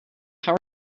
how